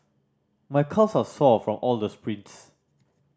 my calves are sore from all the sprints